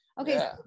okay